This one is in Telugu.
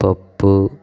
పప్పు